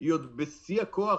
היא עוד בשיא הכוח,